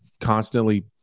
constantly